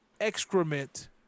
excrement